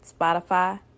Spotify